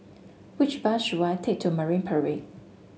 which bus should I take to Marine Parade